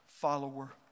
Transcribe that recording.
follower